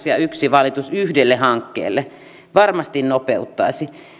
ja yhteen valitukseen yhdelle hankkeelle varmasti nopeuttaisi